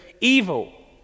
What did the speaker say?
evil